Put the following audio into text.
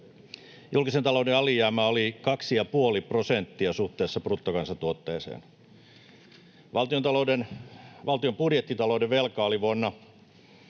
Julkisen talouden alijäämä oli 2,5 prosenttia suhteessa bruttokansantuotteeseen. Valtion budjettitalouden velka oli vuoden